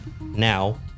Now